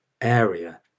area